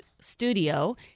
studio